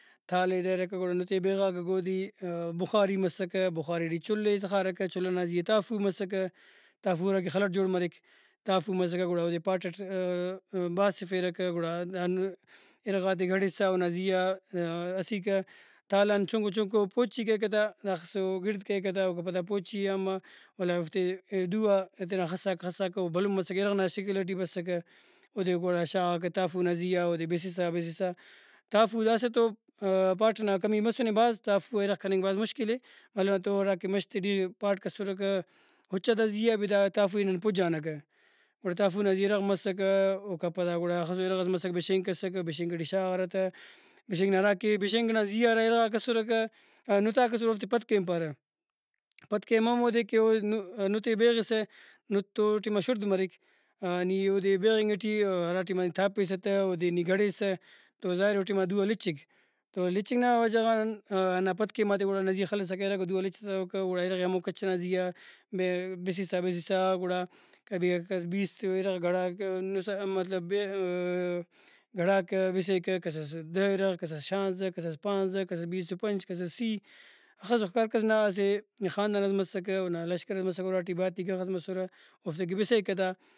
تال ئے دریرہ کہ گڑا نت ئے بیغاکہ گودی بُخاری مسکہ بُخاری ٹی چُلہ ئے تخارکہ چُلہ نا زیہا تافو مسکہ تافو ہراکہ خل اٹ جوڑ مریک تافو مسکہ گڑا اودے پاٹ اٹ باسفییرکہ گڑا ہند اِرغاتے گڑسا اونا زیہا اسیکہ تالان چُنکو چُنکو پُچی کریکہ تا داخسو گڑد کریکہ تا اوکا پدا پوچی آن با ولدا اوفتے دُو آ تینا خساکہ خساکہ او بھلن مسکہ اِرغ نا شکل ٹی بسکہ اودے گڑا شاغاکہ تافُو نا زیہا اودے بِسسا بِسسا تافو داسہ تو پاٹ ئنا کمی مسُنے بھاز تافو آ اِرغ کننگ بھاز مُشکلےمالو نا تو ہراکہ مش تے ٹی پاٹک اسرکہ اُچاتا زیہا بھی دا تافو ئے نن پُجانکہ گڑا تافو نا زیہا اِرغ مسکہ اوکا پدا گڑا اخسو اِرغس مسکہ بِشینک اسکہ بِشینک ٹی شاغارہ تہ بِشینک نا ہراکہ بِشینک نا زیہا ہرا اِرغاک اسرکہ نُتاک اسرہ اوفتے پتکیم پارہ پتکیم ہمودے کہ اودے نُتے بیغسہ نُت تو او ٹائما شُڑد مریک نی اودے بیغنگ ٹی ہرا ٹائما نی تاپیسہ تہ اودے نی گڑیسہ تو ظاہرے او ٹائما دُو آ لچیک تو لچینگ نا وجہ غان ہندا پتکیماتے گڑا اونا زیہا خلسا کارکہ او دُو آ لچتوکہ گڑا اِرغ ئے ہمو کچ ئنا زیہا بسسا بسسا گڑا کبھی ہرکس بیست اِرغ گڑاکہ نساکہ مطلب بیغ گڑاکہ بسیکہ کسس دہ اِرغ کسس شانزدہ کسس پانزدہ کسس بیستُ پنچ کسس سی ہخسو ہر کس نا اسہ خاندان ئس مسکہ اونا لشکرئس مسکہ اُراٹی باتیک ہخس مسرہ اوفتیکہ بسیکہ تا